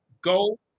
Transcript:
go